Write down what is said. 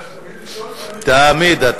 תמיד.